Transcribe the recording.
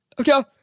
Okay